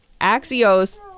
Axios